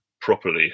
properly